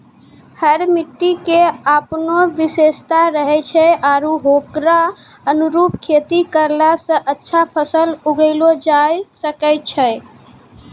हर मिट्टी के आपनो विशेषता रहै छै आरो होकरो अनुरूप खेती करला स अच्छा फसल उगैलो जायलॅ सकै छो